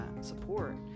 support